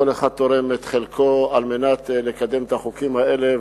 כל אחד תורם את חלקו על מנת לקדם את החוקים האלה.